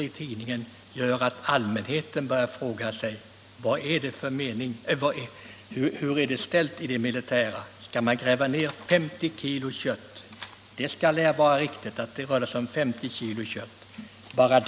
I många fall erhålls besked om beslut i anståndsärenden endast ett par dagar före inryckning.